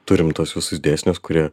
turim tuos visus dėsnius kurie